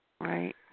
Right